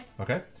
Okay